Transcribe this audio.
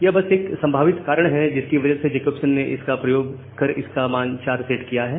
यह बस एक संभावित कारण है जिसकी वजह से जैकोब्सन ने इनका प्रयोग कर इसका मान 4 सेट किया है